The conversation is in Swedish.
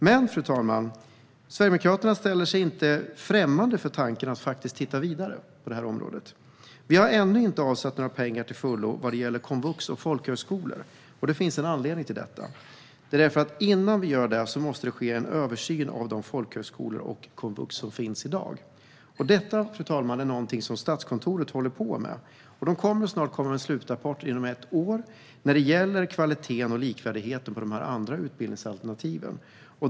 Men, fru talman, Sverigedemokraterna är inte främmande för tanken att titta vidare på det här. Vi har ännu inte avsatt några pengar för detta när det gäller komvux och folkhögskolor. Det finns en anledning till det. Innan vi gör det måste det nämligen ske en översyn av folkhögskolor och komvux. Det, fru talman, är någonting som Statskontoret håller på med. De kommer att komma med en slutrapport inom ett år när det gäller kvaliteten och likvärdigheten i fråga om de utbildningsalternativen.